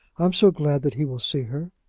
i'm so glad that he will see her.